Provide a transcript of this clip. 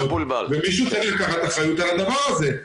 ומישהו צריך לקחת אחריות על הדבר הזה.